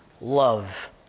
love